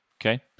Okay